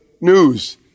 news